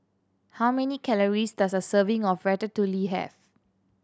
how many calories does a serving of Ratatouille have